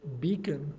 beacon